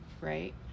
right